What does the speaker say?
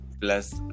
Plus